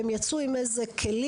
והם יצאו עם כלים.